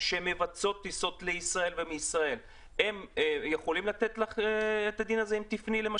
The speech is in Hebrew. שמבצעות טיסות לישראל ומישראל יכולות לתת לך נתונים?